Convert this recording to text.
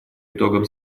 итогам